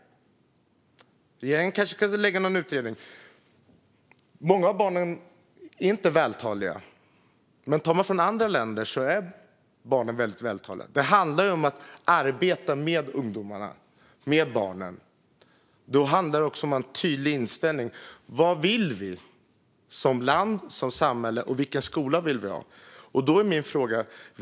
Regeringen kanske kan tillsätta en utredning. Många av barnen är inte vältaliga. Men i andra länder kan barnen vara väldigt vältaliga. Det handlar om att arbeta med ungdomarna och barnen. Då handlar det också om att ha en tydlig inställning. Vad vill vi som land och som samhälle, och vilken skola vill vi ha?